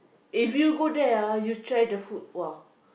if you go there ah you try the food !wah!